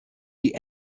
die